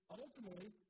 ultimately